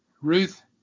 Ruth